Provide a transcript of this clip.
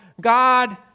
God